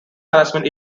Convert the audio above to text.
harassment